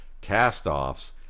cast-offs